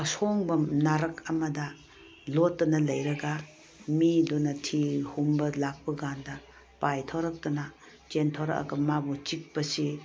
ꯑꯁꯣꯡꯕ ꯅꯥꯔꯛ ꯑꯃꯗ ꯂꯣꯠꯇꯅ ꯂꯩꯔꯒ ꯃꯤꯗꯨꯅ ꯊꯤ ꯍꯨꯝꯕ ꯂꯥꯛꯄ ꯀꯥꯟꯗ ꯄꯥꯏꯊꯣꯔꯛꯇꯨꯅ ꯆꯦꯟꯊꯣꯛꯂꯛꯂꯒ ꯃꯥꯕꯨ ꯆꯤꯛꯄꯁꯤ